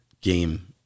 game